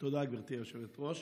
תודה, גברתי היושבת-ראש.